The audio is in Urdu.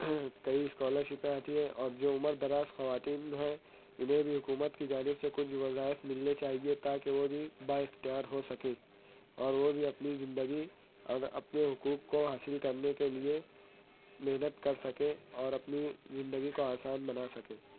کئی اسکالرشپیں آتی ہیں اور جو عمردراز خواتین ہیں انہیں بھی حکومت کی جانب سے کچھ وظائف ملنے چاہیے تاکہ وہ بھی بااختیار ہو سکیں اور وہ بھی اپنی زندگی اب اپنے حقوق کو حاصل کرنے کے لیے محنت کر سکیں اور اپنی زندگی کو آسان بنا سکیں